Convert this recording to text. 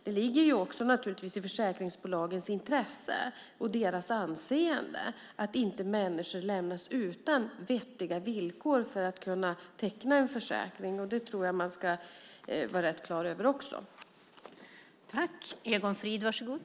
Det ligger naturligtvis också i försäkringsbolagens intresse, och är viktigt för deras anseende, att inte människor lämnas utan vettiga villkor för att kunna teckna en försäkring. Det tror jag också att man ska vara rätt klar över.